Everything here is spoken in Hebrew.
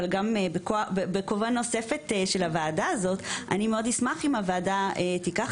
וגם בכובע של הוועדה אני אשמח מאוד אם הוועדה תיקח